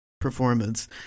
performance